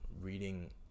reading